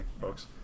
folks